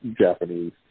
Japanese